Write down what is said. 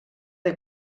des